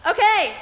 Okay